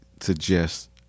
suggest